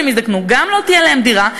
כשהם יזדקנו: גם לא תהיה להם דירה,